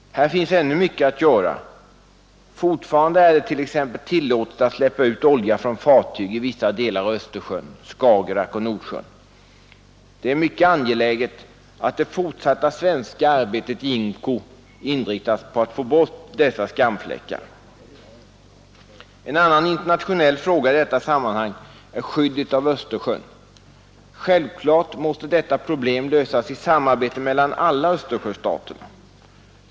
Här finns ännu mycket att göra. Fortfarande är det t.ex. tillåtet att släppa ut olja från fartyg i vissa delar av Östersjön, Skagerack och Nordsjön. Det är mycket angeläget att det fortsatta svenska arbetet i IMCO inriktas på att få bort dessa skamfläckar. En annan internationell fråga i detta sammanhang är skyddet av Östersjön. Självklart måste detta problem lösas i samarbete mellan alla Östersjöstaterna.